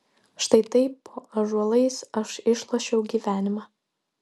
štai taip po ąžuolais aš išlošiau gyvenimą